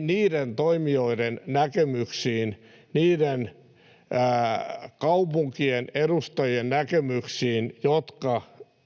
niiden toimijoiden näkemyksiin, niiden kaupunkien edustajien näkemyksiin, jotka